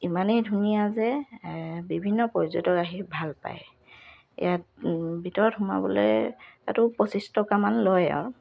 ইমানেই ধুনীয়া যে বিভিন্ন পৰ্যটক আহি ভাল পায় ইয়াত ভিতৰত সোমাবলে তাতো পঁচিছ টকামান লয় আৰু